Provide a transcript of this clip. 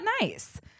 nice